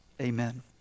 Amen